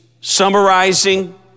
summarizing